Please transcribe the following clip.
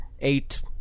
eight